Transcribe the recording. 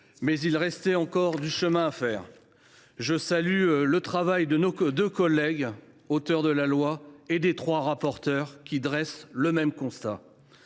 Mais il reste du chemin à faire. Je salue le travail de nos deux collègues auteurs de la proposition de loi et des trois rapporteurs, qui dressent le même constat.